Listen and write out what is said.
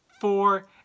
four